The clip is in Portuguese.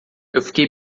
fiquei